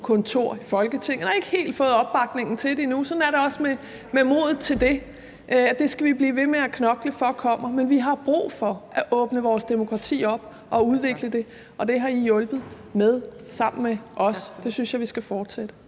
i Folketinget. Vi har ikke helt fået opbakningen til det endnu – også her gælder det med modet. Vi skal blive ved med at knokle for, at det kommer. Men vi har brug for at åbne vores demokrati op og udvikle det, og det har I hjulpet til med sammen med os. Det synes jeg vi skal fortsætte